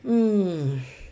um